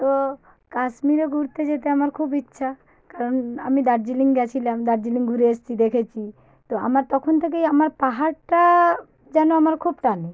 তো কাশ্মীরে ঘুরতে যেতে আমার খুব ইচ্ছা কারণ আমি দার্জিলিং গিয়েছিলাম দার্জিলিং ঘুরে এসেছি দেখেছি তো আমার তখন থেকেই আমার পাহাড়টা যেন আমার খুব টানে